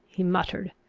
he muttered.